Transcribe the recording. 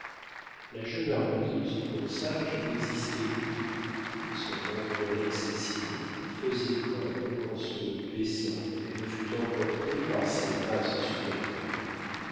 la jeune harmonie de son corsage n'existait plus et son ampleur excessive faisait craindre qu'en se baissant elle ne fût emportée par ces masses supérieures